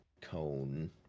cone